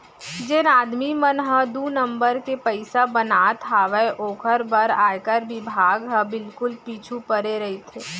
जेन आदमी मन ह दू नंबर के पइसा बनात हावय ओकर बर आयकर बिभाग हर बिल्कुल पीछू परे रइथे